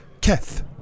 Keth